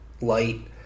Light